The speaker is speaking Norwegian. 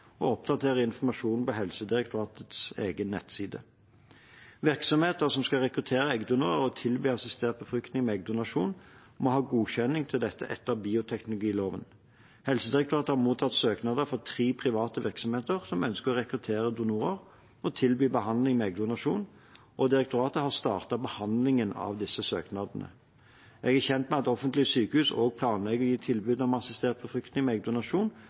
oppdatere informasjonen på Helsedirektoratets egen nettside. Virksomheter som skal rekruttere eggdonorer og tilby assistert befruktning med eggdonasjon, må ha godkjenning til dette etter bioteknologiloven. Helsedirektoratet har mottatt søknader fra tre private virksomheter som ønsker å rekruttere donorer og tilby behandling med eggdonasjon. Direktoratet har startet behandlingen av disse søknadene. Jeg er kjent med at offentlige sykehus også planlegger å gi tilbud om assistert befruktning med eggdonasjon